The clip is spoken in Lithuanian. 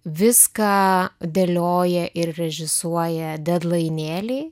viską dėlioja ir režisuoja dedlainėliai